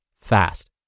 fast